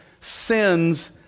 sins